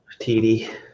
TD